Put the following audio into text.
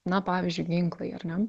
na pavyzdžiui ginklai ar ne